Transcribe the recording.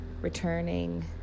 returning